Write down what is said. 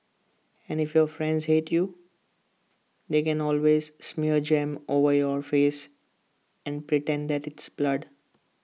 and if your friends hate you they can always smear jam over your face and pretend that it's blood